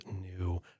new